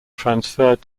transferred